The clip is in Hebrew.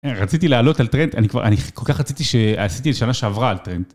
רציתי לעלות על טרנד, אני כל כך רציתי שעשיתי את השנה שעברה על טרנד.